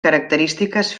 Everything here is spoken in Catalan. característiques